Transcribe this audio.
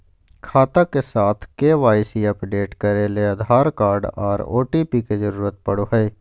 खाता के साथ के.वाई.सी अपडेट करे ले आधार कार्ड आर ओ.टी.पी के जरूरत पड़ो हय